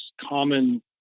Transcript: common